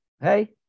Hey